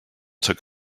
took